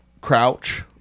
crouch